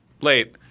late